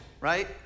right